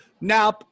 now